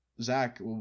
Zach